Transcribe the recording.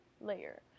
layer